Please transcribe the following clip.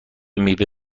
میوه